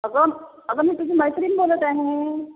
अगं अगं मी तुझी मैत्रीण बोलत आहे